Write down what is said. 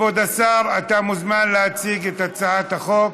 כבוד השר, אתה מוזמן להציג את הצעת החוק.